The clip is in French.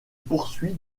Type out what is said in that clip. poursuit